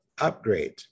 upgrade